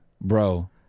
bro